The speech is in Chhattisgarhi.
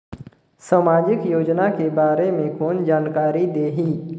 समाजिक योजना के बारे मे कोन जानकारी देही?